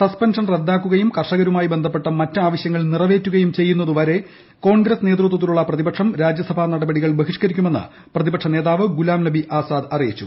suspension റദ്ദാക്കുകയും കർഷകരുമായി ബന്ധപ്പെട്ട മറ്റ് ആവശ്യങ്ങൾ നിറവേറ്റുകയും ചെയ്യുന്നതുവരെ കോൺഗ്രസ് നേതൃത്വത്തിലുള്ള പ്രതിപക്ഷം രാജ്യസഭാ നടപടികൾ ബഹിഷ്കരിക്കുമെന്ന് പ്രതിപക്ഷ നേതാവ് ഗുലാം നബി ആസാദ് അറിയിച്ചു